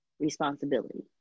responsibility